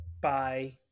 bye